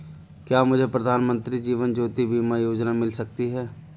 क्या मुझे प्रधानमंत्री जीवन ज्योति बीमा योजना मिल सकती है?